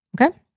Okay